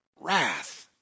wrath